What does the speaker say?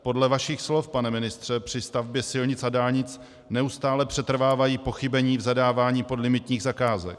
Podle vašich slov, pane ministře, při stavbě silnic a dálnic neustále přetrvávají pochybení v zadávání podlimitních zakázek.